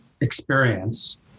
experience